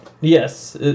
Yes